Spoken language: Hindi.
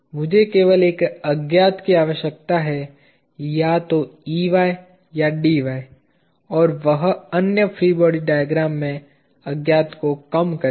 मुझे केवल एक अज्ञात की आवश्यकता है या तो Ey या Dy और वह अन्य फ्री बॉडी डायग्राम में अज्ञात को कम करेगा